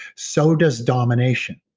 so does domination.